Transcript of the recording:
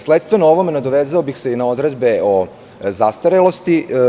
Sledstveno ovome nadovezao bih se i na odredbe o zastarelosti.